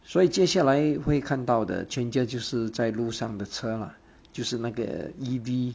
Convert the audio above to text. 所以接下来会看到的 changes 就是在路上的车 lah 就是那个 E_V